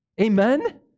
amen